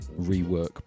rework